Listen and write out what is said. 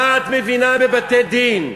מה את מבינה בבתי-דין?